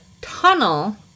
tunnel